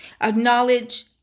Acknowledge